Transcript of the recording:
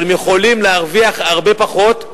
אבל הן יכולות להרוויח הרבה פחות,